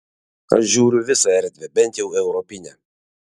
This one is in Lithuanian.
aš žiūriu visą erdvę bent jau europinę